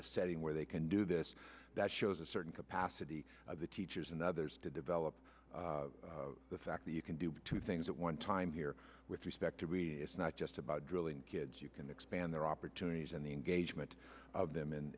a setting where they can do this that shows a certain capacity the teachers and others to develop the fact that you can do two things at one time here with respect to be it's not just about drilling kids you can expand their opportunities and the engagement of them in